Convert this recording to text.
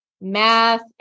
math